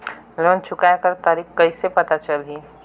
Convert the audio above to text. Loan चुकाय कर तारीक कइसे पता चलही?